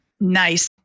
Nice